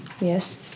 Yes